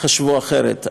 חשבו אחרת.